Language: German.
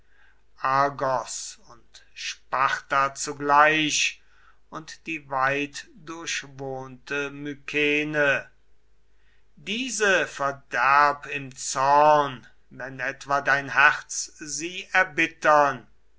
argos und sparta zugleich und die weitdurchwohnte mykene diese verderb im zorn wenn etwa dein herz sie erbittern